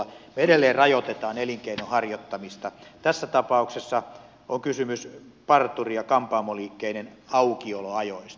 me edelleen rajoitamme elinkeinon harjoittamista tässä tapauksessa on kysymys parturi ja kampaamoliikkeiden aukioloajoista